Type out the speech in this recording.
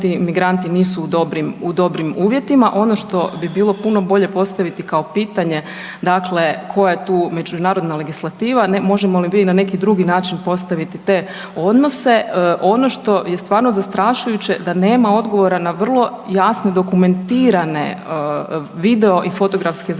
migranti nisu u dobrim uvjetima. Ono što bi bilo puno bolje postaviti kao pitanje dakle koja je tu međunarodna legislativa, možemo li mi na neki drugi način postaviti te odnose. Ono što je stvarno zastrašujuće da nema odgovora na vrlo jasne dokumentirane video i fotografske zapise